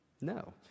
No